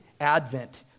advent